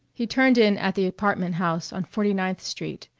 he turned in at the apartment house on forty-ninth street,